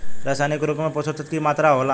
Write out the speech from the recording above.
रसायनिक उर्वरक में पोषक तत्व की मात्रा होला?